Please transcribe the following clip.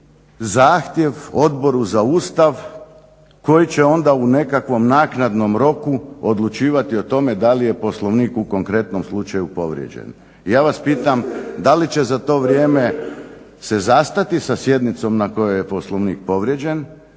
zahtjev Odboru za Ustav koji će onda u nekakvom naknadnom roku odlučivati o tome da li je Poslovnik u konkretnom slučaju povrijeđen. Ja vas pitam da li će za to vrijeme se zastati sa sjednicom na kojoj je Poslovnik povrijeđen